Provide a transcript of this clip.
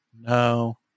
No